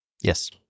Yes